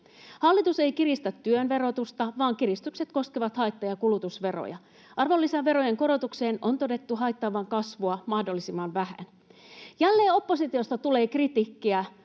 Hallitus ei kiristä työn verotusta, vaan kiristykset koskevat haitta- ja kulutusveroja. Arvonlisäverojen korotuksen on todettu haittaavan kasvua mahdollisimman vähän. Jälleen oppositiosta tulee kritiikkiä